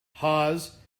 hawes